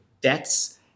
debts